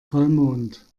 vollmond